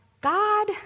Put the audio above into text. God